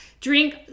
drink